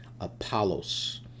Apollos